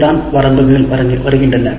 இங்குதான் வரம்புகள் வருகின்றன